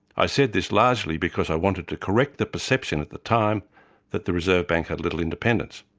i said this largely because i wanted to correct the perception at the time that the reserve bank had little independence.